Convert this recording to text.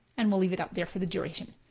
and we'll leave it up there for the duration.